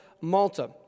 Malta